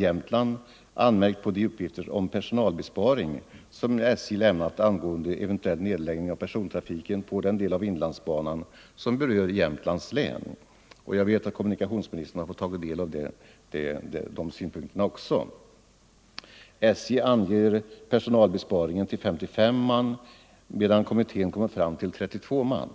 Jämtland anmärkt på de uppgifter om personalbesparing som SJ lämnat angående eventuell nedläggning av persontrafiken på den del av inlandsbanan som berör Jämtlands län. Jag vet att kommunikationsministern fått ta del också av de synpunkterna. SJ anger personalbesparingen till 55 man, medan kommittén kommit fram till 32 man.